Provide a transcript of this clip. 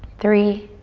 three,